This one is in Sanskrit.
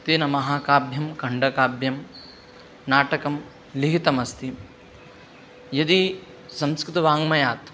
तेन महाकाव्यं खण्डकाव्यं नाटकं लिखितमस्ति यदि संस्कृतवाङ्मयात्